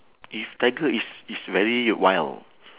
if tiger is is very wild